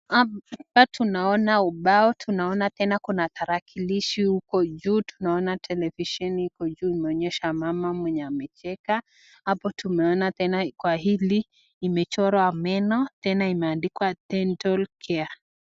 Hapa tunaona ubao tunaona tena kuna tarakilishi huko juu tunaona televisheni iko juu inaonyesha mama mwenye amecheka hapo tumeona tena kwa hili picha imechorwa meno tena imeandikwa dental care .